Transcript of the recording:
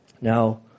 Now